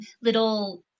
little